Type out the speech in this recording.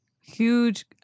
huge